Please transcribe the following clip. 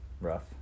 rough